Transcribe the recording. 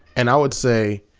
and i wou ld say,